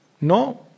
No